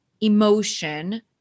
emotion